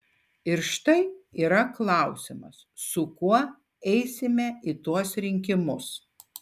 ir štai yra klausimas su kuo eisime į tuos rinkimus